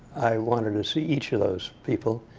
i wanted to see each of those people.